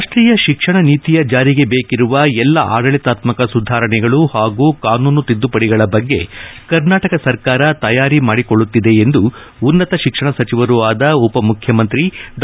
ರಾಷ್ಟೀಯ ಶಿಕ್ಷಣ ನೀತಿಯ ಜಾರಿಗೆ ಬೇಕಿರುವ ಎಲ್ಲ ಆಡಳಿತಾತ್ಮಕ ಸುಧಾರಣೆಗಳು ಹಾಗೂ ಕಾನೂನು ತಿದ್ದುಪದಿಗಳ ಬಗ್ಗೆ ಕರ್ನಾಟಕ ಸರಕಾರ ತಯಾರಿ ಮಾದಿಕೊಳ್ಳುತ್ತಿದೆ ಎಂದು ಉನ್ನತ ಶಿಕ್ಷಣ ಸಚಿವರೂ ಆದ ಉಪ ಮುಖ್ಯಮಂತ್ರಿ ಡಾ